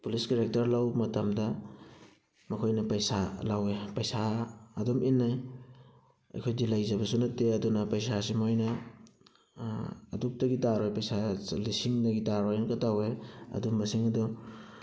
police character ꯂꯧꯕ ꯃꯇꯝꯗ ꯃꯈꯣꯏꯅ ꯄꯩꯁꯥ ꯂꯧꯋꯤ ꯄꯩꯁꯥ ꯑꯗꯨꯝ ꯏꯟꯅꯩ ꯑꯩꯈꯣꯏꯗꯤ ꯂꯩꯖꯕꯁꯨ ꯅꯠꯇꯦ ꯑꯗꯨꯅ ꯄꯩꯁꯥꯁꯤ ꯃꯣꯏꯅ ꯑꯗꯨꯛꯇꯒꯤ ꯇꯥꯔꯣꯏ ꯄꯩꯁꯥ ꯂꯤꯁꯤꯡꯗꯒꯤ ꯇꯥꯔꯣꯏꯅꯀ ꯇꯧꯋꯤ ꯑꯗꯨꯝꯕꯁꯤꯡ ꯑꯗꯨ